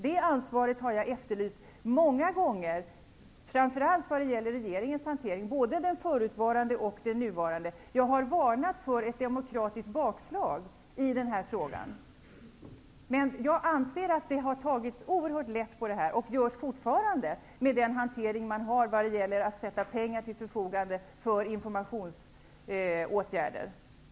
Det ansvaret har jag efterlyst många gånger, framför allt det ansvar som ligger på regeringen, både den förutvarande och den nuvarande. Jag har varnat för ett demokratiskt bakslag i den här frågan. Men jag anser att man har tagit oerhört lätt på det här, och man gör det fortfarande, i och med det sätt man har att ställa pengar till förfogande för informationsåtgärder.